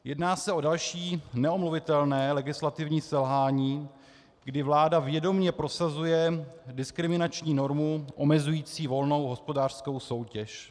Jedná se o další neomluvitelné legislativní selhání, kdy vláda vědomě prosazuje diskriminační normu omezující volnou hospodářskou soutěž.